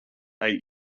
eight